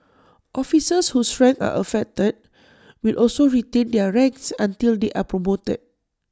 officers whose ranks are affected will also retain their ranks until they are promoted